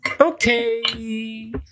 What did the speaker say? Okay